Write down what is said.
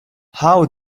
how